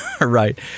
right